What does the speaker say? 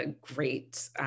great